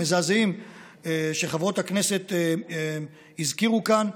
המזעזעים שחברות הכנסת הזכירו כאן,